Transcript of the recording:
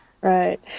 Right